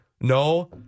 no